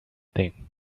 thing